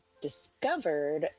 discovered